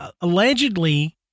allegedly